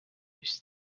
siis